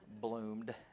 bloomed